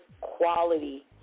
quality